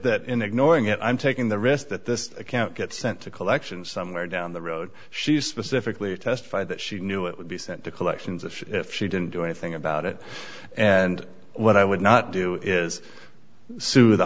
it i'm taking the risk that this account gets sent to collections somewhere down the road she specifically testified that she knew it would be sent to collections if she didn't do anything about it and what i would not do is sue the